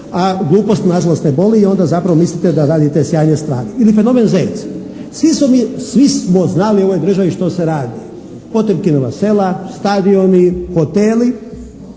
a glupost nažalost ne boli i onda zapravo mislite da radite sjajne stvari. Ili fenomen «Zec». Svi smo mi, svi smo znali u ovoj državi što se radi? Potemkinova sela, stadioni, hoteli.